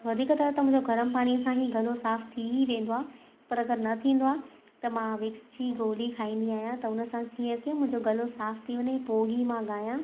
वधीकतर त मुंहिंजो गर्म पाणीअ सां ई गलो साफ़ थी ई वेंदो आहे पर अगरि न थींदो आहे त मां विक्स जी गोरी खाईंदी आहियां त उन सां जीअं की मुंहिंजो गलो साफ़ थी वञे पोइ ई मां गाया